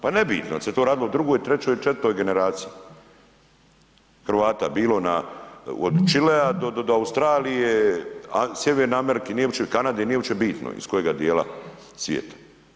Pa nebitno, je li se to radilo o 2., 3. ili 4. generaciji Hrvata, bilo na, od Čilea do Australije, Sjeverne Amerike, nije opće, Kanade, nije uopće bitno iz kojega dijela svijeta.